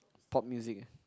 pop music uh